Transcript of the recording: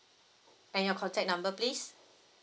and your contact number please